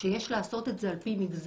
שיש לעשות את זה על פי מגזר,